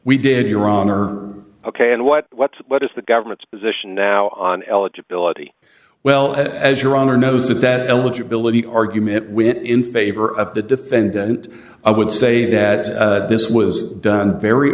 we did your honor ok and what what's what is the government's position now on eligibility well as your honor knows the debt eligibility argument when in favor of the defendant i would say that this was done very